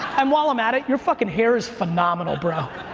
um while i'm at it, you're fucking hair is phenomenal, bro.